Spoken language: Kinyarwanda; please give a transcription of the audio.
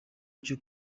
cyo